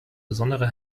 besonderer